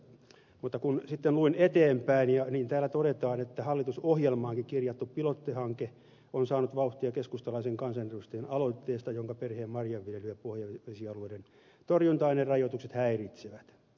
mutta kun sitten luin eteenpäin niin siellä todettiin että hallitusohjelmaankin kirjattu pilottihanke on saanut vauhtia keskustalaisen kansanedustajan aloitteesta kun perheen marjanviljelyä pohjavesialueiden torjunta ainerajoitukset häiritsevät